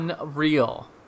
unreal